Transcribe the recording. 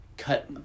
cut